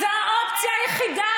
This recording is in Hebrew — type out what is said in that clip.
זו האופציה היחידה,